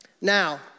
Now